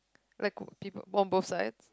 like people on both sides